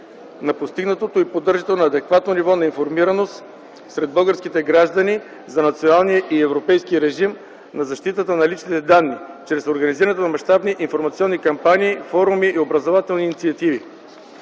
на постигнатото и поддържането на адекватно ниво на информираност сред българските граждани за националния и европейски режим на защитата на личните данни чрез организирането на мащабни информационни кампании, форуми и образователни инициативи.